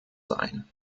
sein